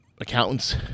accountants